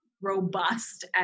robust